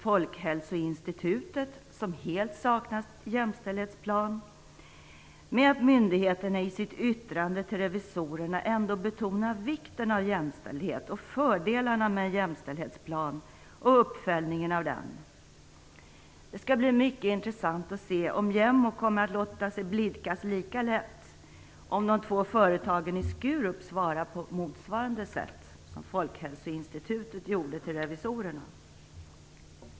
Folkhälsoinstitutet, som helt saknar jämställdhetsplan, ursäktas exempelvis med att myndigheten i sitt yttrande till revisorerna ändå betonar vikten av jämställdhet och fördelarna med en jämställdhetsplan och uppföljningen av den. Det skall bli mycket intressant att se om JämO kommer att låtas sig blidkas lika lätt om de två företagen i Skurup svarar på motsvarande sätt som Folkhälsoinstitutet gjorde till revisorerna.